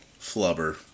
Flubber